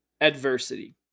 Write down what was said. adversity